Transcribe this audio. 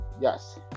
Yes